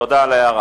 תודה על ההערה.